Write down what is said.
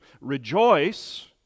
rejoice